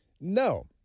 No